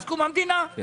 לא.